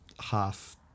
half